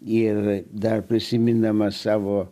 ir dar prisimindama savo